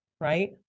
right